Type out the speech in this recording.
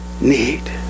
need